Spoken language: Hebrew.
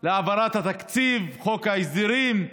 להעברת התקציב, חוק ההסדרים,